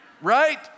right